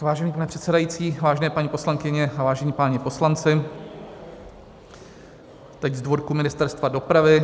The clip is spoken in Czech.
Vážený pane předsedající, vážené paní poslankyně, vážení páni poslanci, teď z dvorku Ministerstva dopravy.